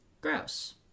gross